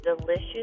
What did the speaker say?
delicious